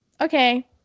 okay